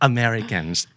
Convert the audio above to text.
Americans